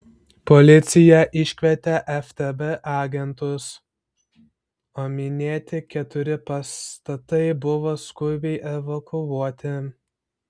policija iškvietė ftb agentus o minėti keturi pastatai buvo skubiai evakuoti